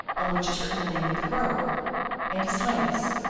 on which is written the name of the grower and his highness,